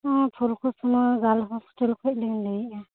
ᱱᱚᱶᱟ Phulkusma girls hostel ᱠᱷᱚᱱ ᱞᱤᱧ ᱞᱟᱹᱭᱮᱫᱟ